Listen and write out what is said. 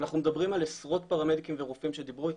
אנחנו מדברים על עשרות פרמדיקים ורופאים שדיברו איתנו,